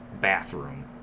bathroom